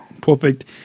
perfect